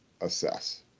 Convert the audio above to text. assess